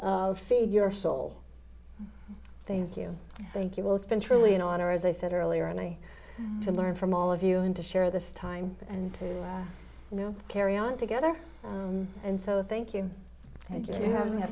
that feed your soul thank you thank you well it's been truly an honor as i said earlier and i to learn from all of you and to share this time and to carry on together and so thank you thank you having a